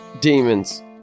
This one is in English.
Demons